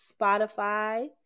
spotify